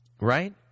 Right